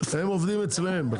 הם עובדים אצלם.